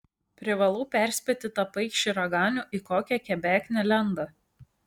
privalau perspėti tą paikšį raganių į kokią kebeknę lenda